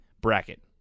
bracket